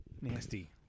nasty